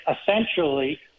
essentially